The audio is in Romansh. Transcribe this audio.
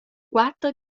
quater